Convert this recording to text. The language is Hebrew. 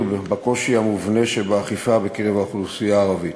בקושי המובנה שבאכיפה בקרב האוכלוסייה הערבית.